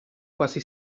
quasi